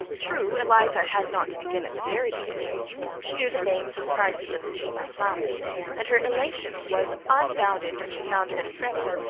true, eliza had not to begin at the very beginning she knew the names and prices of the cheaper flowers and her elation was unbounded when she found that freddy,